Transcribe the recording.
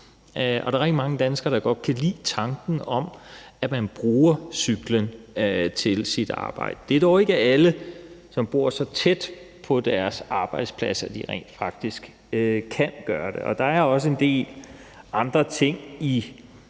og der er rigtig mange danskere, der godt kan lide tanken om, at man bruger cyklen til sit arbejde. Det er dog ikke alle, som bor så tæt på deres arbejdsplads, at de rent faktisk kan gøre det. Der er også en del andre ting i